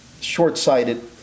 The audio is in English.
short-sighted